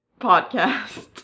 podcast